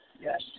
Yes